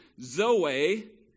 zoe